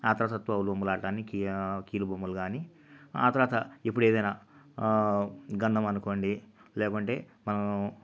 ఆ తరువాత తోలుబొమ్మలాట కీ కీలుబొమ్మలు కానీ ఆ తరువాత ఇప్పుడు ఏదైనా గండమనుకోండి లేకుంటే మనము